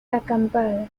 acampada